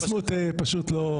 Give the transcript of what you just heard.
שבעה.